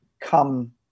come